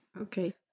Okay